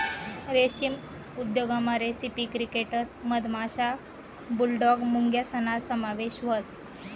रेशीम उद्योगमा रेसिपी क्रिकेटस मधमाशा, बुलडॉग मुंग्यासना समावेश व्हस